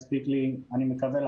אני נכה עם